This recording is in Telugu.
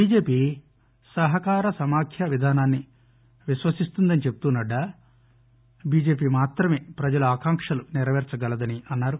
బిజెపి సహకార సమాఖ్య విధానాన్ని విశ్వసిస్తుందని చెబుతూ నడ్డా బిజెపి మాత్రమే ప్రజల ఆకాంక్షలు నెరపేర్చగలదని అన్నారు